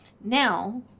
Now